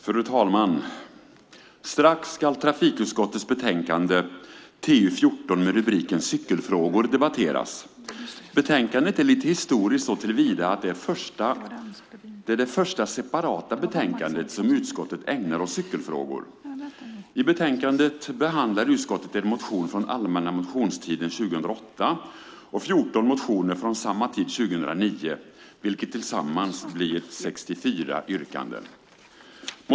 Fru talman! Strax ska trafikutskottets betänkande TU14 med rubriken Cykelfrågor debatteras. Betänkandet är lite historiskt såtillvida att det är det första separata betänkandet som utskottet ägnar åt cykelfrågor. I betänkandet behandlar utskottet en motion från allmänna motionstiden 2008 och 14 motioner från samma tid 2009, vilket tillsammans blir 64 yrkanden.